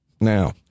now